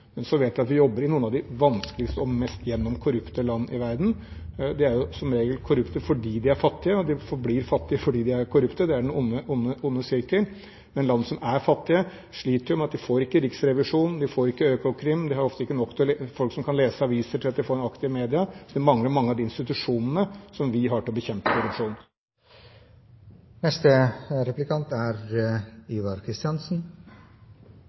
Men så vet vi at vi jobber i noen av de vanskeligste og mest gjennomkorrupte land i verden. De er jo som regel korrupte fordi de er fattige, og de forblir fattige fordi de er korrupte – det er den onde sirkel. Men land som er fattige, sliter jo med at de har ikke riksrevisjon, de har ikke økokrim, de har ofte ikke nok folk som kan lese aviser, til at de får aktive medier. De mangler mange av de institusjonene som vi har til å bekjempe korrupsjon.